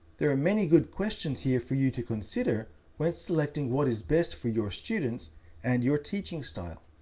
there are many good questions here for you to consider when selecting what is best for your students and your teaching style.